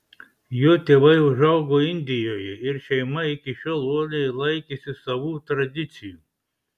jo tėvai užaugo indijoje ir šeima iki šiol uoliai laikėsi savų tradicijų